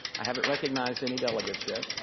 i haven't recognizeed any delegates yet.